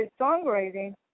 songwriting